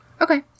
Okay